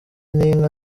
n’inka